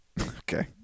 Okay